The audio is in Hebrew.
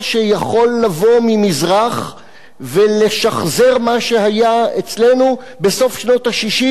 שיכול לבוא ממזרח ולשחזר מה שהיה אצלנו בסוף שנות ה-60,